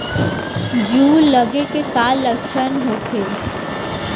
जूं लगे के का लक्षण का होखे?